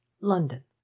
London